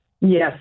Yes